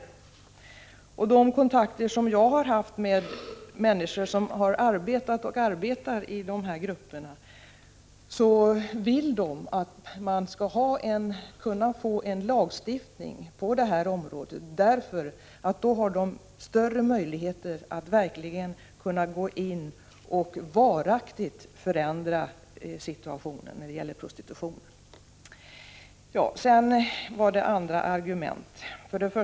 De kontakter jag haft med människor som har arbetat och arbetar i grupper på området visar att dessa människor vill ha en lagstiftning, därför att de då har större möjligheter att verkligen gå in och varaktigt förändra läget i fråga om prostitutionen. Lars-Erik Lövdén anförde också andra argument. Bl. a.